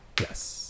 Yes